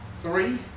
three